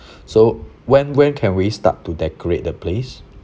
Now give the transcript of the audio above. so when when can we start to decorate the place